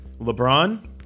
LeBron